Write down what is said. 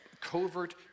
covert